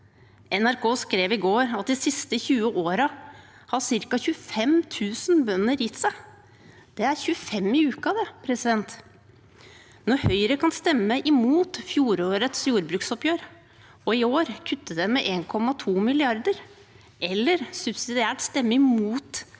NRK skrev i går at de siste 20 årene har ca. 25 000 bønder gitt seg. Det er 25 i uka. Når Høyre kan stemme imot fjorårets jordbruksoppgjør og i år kutte det med 1,2 mrd. kr, eller subsidiært stemme imot